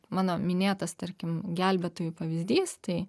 mano minėtas tarkim gelbėtojų pavyzdys tai